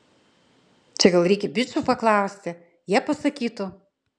čia gal reikia bičų paklausti jie pasakytų